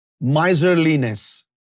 miserliness